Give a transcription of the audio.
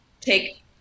take